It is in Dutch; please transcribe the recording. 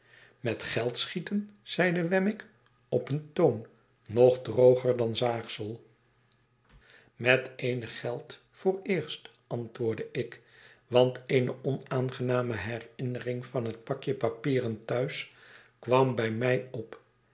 met geld schieten zeide wemmick op een toon nog drooger dan zaagsel met eenig geld vooreerst antwoordde ik want eene onaangename herinnering van het pakje papieren thuis kwam bij mij op